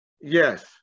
Yes